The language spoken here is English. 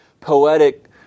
poetic